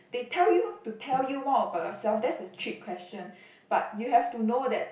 they tell you to tell you more about yourself that's the trick question but you have to know that